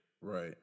Right